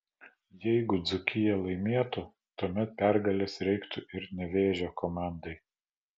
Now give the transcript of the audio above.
jeigu dzūkija laimėtų tuomet pergalės reiktų ir nevėžio komandai